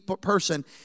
person